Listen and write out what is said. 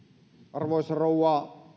arvoisa rouva puhemies